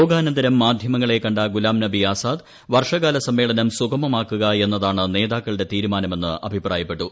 യോഗാനന്തരം മാധ്യമങ്ങളെ കണ്ട ഗുലാംനബി ആസാദ് വർഷകാല സമ്മേളനം സുഗമമാക്കുക എന്നതാണ് നേതാക്കളുടെ തീരുമാനമെന്ന് അഭിപ്രായപ്പെട്ടു